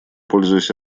пользуясь